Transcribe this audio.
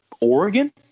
Oregon